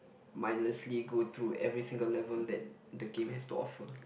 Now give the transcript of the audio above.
mindlessly go through every single level that the game has to offer